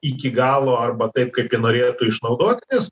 iki galo arba taip kaip ji norėtų išnaudoti nes